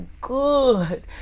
good